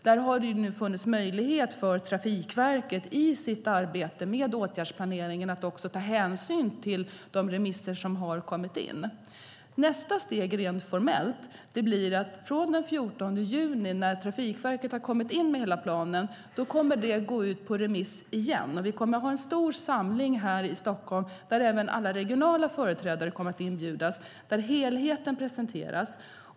Där har det nu funnits möjlighet för Trafikverket att i sitt arbete med åtgärdsplaneringen ta hänsyn till de remisser som kommit in. Nästa steg rent formellt blir att från den 14 juni när Trafikverket har kommit in med hela planen kommer den att gå ut på remiss igen. Vi kommer att ha en stor samling här i Stockholm där även alla regionala företrädare kommer att inbjudas och där helheten presenteras.